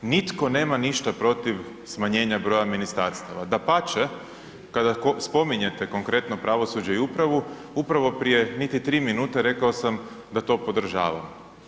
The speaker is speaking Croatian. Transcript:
Nitko nema ništa protiv smanjenja broja ministarstava, dapače, kada spominjete konkretno pravosuđe i upravo, upravo prije niti tri minute rekao sam da to podržavam.